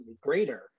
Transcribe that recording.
greater